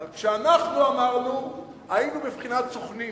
אבל כשאנחנו אמרנו היינו בבחינת סוכנים.